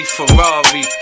Ferrari